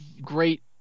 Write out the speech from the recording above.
great